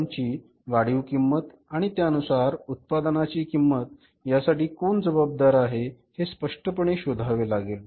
firm ची वाढीव किंमत आणि त्यानुसार उत्पादनाची किंमत यासाठी कोण जबाबदार आहे हे स्पष्टपणे शोधावे लागेल